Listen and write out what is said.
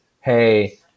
hey